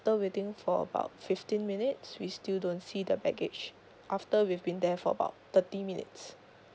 ~ter waiting for about fifteen minutes we still don't see the baggage after we've been there for about thirty minutes